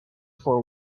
for